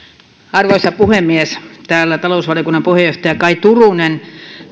arvoisa puhemies täällä talousvaliokunnan puheenjohtaja kaj turunen